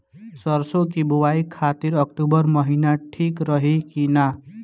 सरसों की बुवाई खाती अक्टूबर महीना ठीक रही की ना?